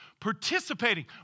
participating